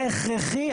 זה הכרחי,